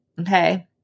Okay